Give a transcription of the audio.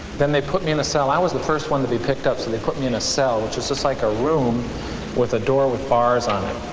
then they put me in a cell. i was the first one to be picked up, so they put me in a cell, which was just like a room with a door with bars on it.